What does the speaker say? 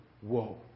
whoa